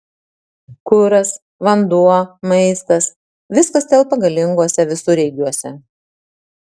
kuras vanduo maistas viskas telpa galinguose visureigiuose